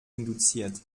induziert